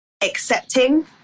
accepting